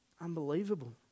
Unbelievable